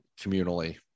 communally